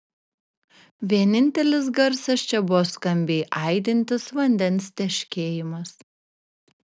vienintelis garsas čia buvo skambiai aidintis vandens teškėjimas